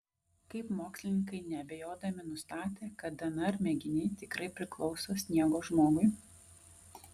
kaip mokslininkai neabejodami nustatė kad dnr mėginiai tikrai priklauso sniego žmogui